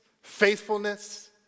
faithfulness